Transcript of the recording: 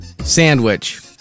Sandwich